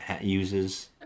uses